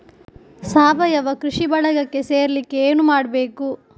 ಸಾವಯವ ಕೃಷಿ ಬಳಗಕ್ಕೆ ಸೇರ್ಲಿಕ್ಕೆ ಏನು ಮಾಡ್ಬೇಕು?